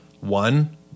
one